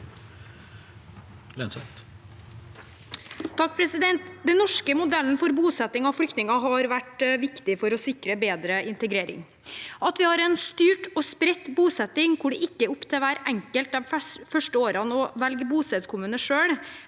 (H) Den norske mo- dellen for bosetting av flyktninger har vært viktig for å sikre bedre integrering. At vi har en styrt og spredt bosetting hvor det ikke er opp til hver enkelt de første årene å velge bostedskommune selv